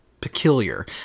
peculiar